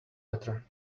better